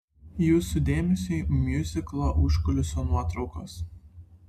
jūsų dėmesiui miuziklo užkulisių nuotraukos